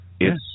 Yes